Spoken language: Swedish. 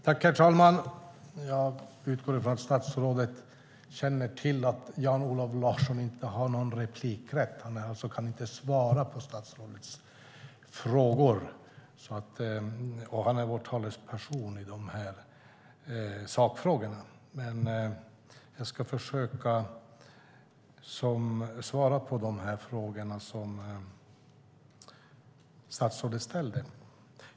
Herr talman! Jag utgår från att statsrådet känner till att Jan-Olof Larsson inte har rätt till ytterligare inlägg och alltså inte kan svara på statsrådets frågor. Han är vår talesperson i de här sakfrågorna, men jag ska försöka svara på de frågor som statsrådet ställde.